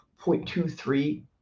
0.23